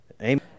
amen